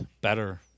better